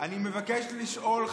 אני מבקש לשאול,